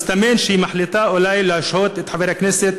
מסתמן שהיא מחליטה אולי להשעות את חבר הכנסת